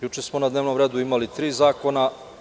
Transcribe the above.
Juče smo na dnevnom redu imali tri zakona.